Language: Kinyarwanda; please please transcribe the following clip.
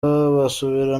basubira